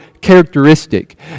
characteristic